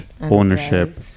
ownership